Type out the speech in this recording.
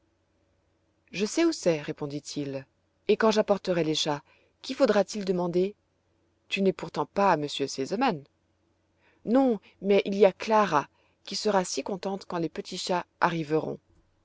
je sais où c'est répondit-il et quand j'apporterai les chats qui faudra-t-il demander tu n'es pourtant pas à m r sesemann non mais il y a clara qui sera si contente quand les petits chats arriveront